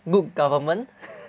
good government